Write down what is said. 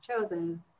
chosen